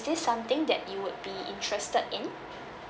this something that you would be interested in